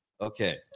Okay